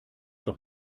doch